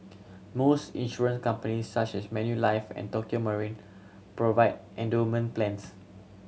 most insurance companies such as Manulife and Tokio Marine provide endowment plans